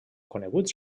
coneguts